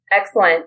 Excellent